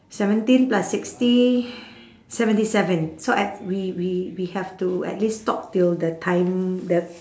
seventeen plus sixty seventy seven so I we we we have to at least talk till the time the